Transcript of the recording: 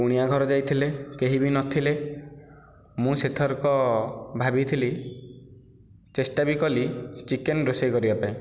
କୁଣିଆଘର ଯାଇଥିଲେ କେହିବି ନଥିଲେ ମୁଁ ସେଥରକ ଭାବିଥିଲି ଚେଷ୍ଟା ବି କଲି ଚିକେନ ରୋଷେଇ କରିବା ପାଇଁ